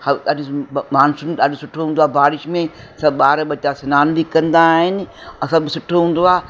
अॼ मानसून ॾाढो सुठो हूंदो आहे बारिश में सभु ॿार बच्चा सनान बी कंदा आहिनि ऐं सभु सुठो हूंदो आहे